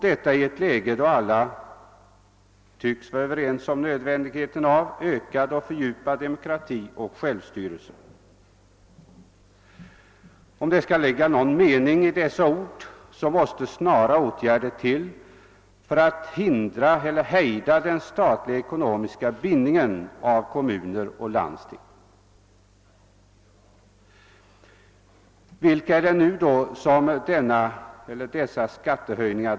Detta sker i ett läge då alla tycks vara överens om nödvändigheten av ökad och fördjupad demokrati och självstyrelse. Om det skall ligga någon mening i dessa ord, måste snara åtgärder till för att hejda den statliga ekonomiska bindningen av kommuner och landsting. Vilka drabbas nu av dessa skattehöjningar?